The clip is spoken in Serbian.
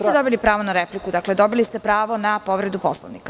Niste dobili pravo na repliku, dobili ste pravo na povredu Poslovnika.